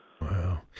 Wow